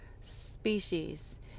species